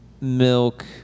milk